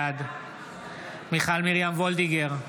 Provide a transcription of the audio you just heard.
בעד מיכל מרים וולדיגר,